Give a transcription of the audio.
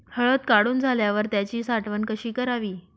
हळद काढून झाल्यावर त्याची साठवण कशी करावी?